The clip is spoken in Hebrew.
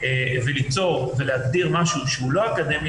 וליצור ולהגדיר משהו שהוא לא אקדמי,